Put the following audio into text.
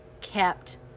kept